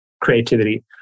creativity